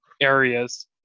areas